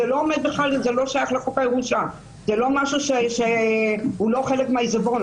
זה לא חלק מהעיזבון,